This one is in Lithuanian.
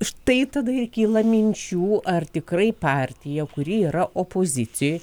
štai tada ir kyla minčių ar tikrai partija kuri yra opozicijoje